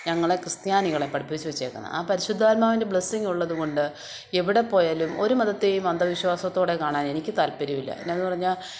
ഞങ്ങളെ ക്രിസ്ത്യാനികളെ പഠിപ്പിച്ചു വെച്ചേക്കുന്നത് ആ പരിശുദ്ധാത്മാവിൻ്റെ ബ്ലെസ്സിങ് ഉള്ളതുകൊണ്ട് എവിടെപ്പോയാലും ഒരു മതത്തേയും അന്ധവിശ്വാസത്തോടെ കാണാൻ എനിക്ക് താല്പര്യമില്ല എന്നാ എന്നു പറഞ്ഞാൽ